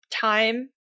time